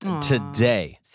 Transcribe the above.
today